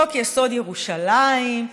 חוק יסוד: ירושלים,